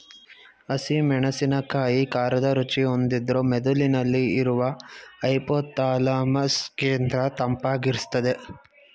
ಹಸಿ ಮೆಣಸಿನಕಾಯಿ ಖಾರದ ರುಚಿ ಹೊಂದಿದ್ರೂ ಮೆದುಳಿನಲ್ಲಿ ಇರುವ ಹೈಪೋಥಾಲಮಸ್ ಕೇಂದ್ರ ತಂಪಾಗಿರ್ಸ್ತದೆ